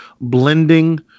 blending